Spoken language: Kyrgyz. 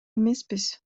эмеспиз